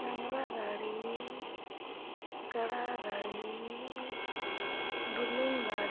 ᱰᱟᱝᱨᱟ ᱜᱟᱹᱲᱤ ᱠᱟᱲᱟ ᱜᱟᱹᱲᱤ ᱰᱩᱞᱩᱝ ᱜᱟᱹᱲᱤ